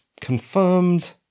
confirmed